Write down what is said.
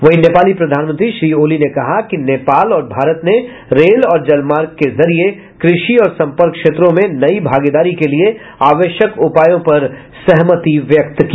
वहीं नेपाली प्रधानमंत्री श्री ओली ने कहा कि नेपाल और भारत ने रेल और जलमार्ग के जरिए कृषि और संपर्क क्षेत्रों में नई भागीदारी के लिए आवश्यक उपायों पर सहमति व्यक्त की